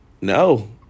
No